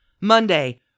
Monday